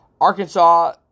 Arkansas